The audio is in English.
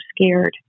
scared